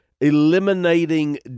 eliminating